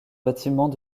bâtiments